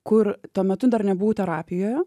kur tuo metu dar nebuvau terapijoje